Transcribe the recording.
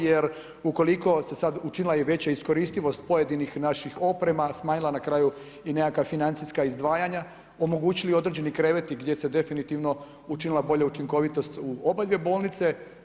Jer ukoliko se sada učinila i veća iskoristivost pojedinih naših oprema, smanjila na kraju i nekakva financijska izdvajanja, omogućili i određeni kreveti, gdje se definitivno učinila bolja učinkovitost u oba dvije bolnice.